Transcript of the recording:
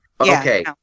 Okay